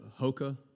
Hoka